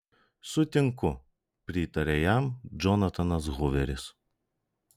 sutinku pritarė jam džonatanas huveris